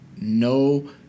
no